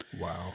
Wow